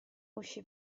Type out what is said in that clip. uscì